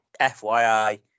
FYI